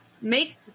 Make